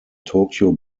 tokyo